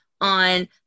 on